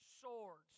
swords